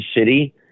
City